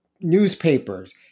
Newspapers